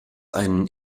einen